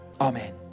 Amen